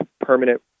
permanent